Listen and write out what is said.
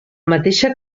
mateixa